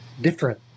different